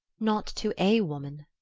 not to a woman!